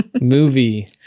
movie